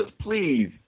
please